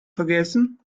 vergessen